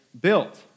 built